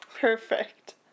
Perfect